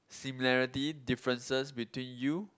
similarity differences between you